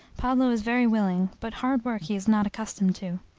pablo is very willing, but hard work he is not accustomed to.